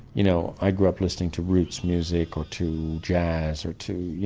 you know, i grew up listening to roots music, or to jazz, or to, you